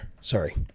Sorry